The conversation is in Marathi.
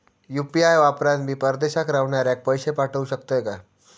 यू.पी.आय वापरान मी परदेशाक रव्हनाऱ्याक पैशे पाठवु शकतय काय?